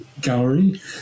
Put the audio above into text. gallery